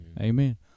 Amen